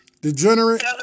Degenerate